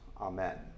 amen